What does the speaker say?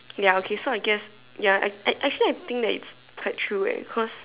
ya okay so I guess ya I I actually think that it's quite true eh cause